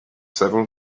several